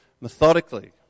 methodically